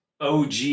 OG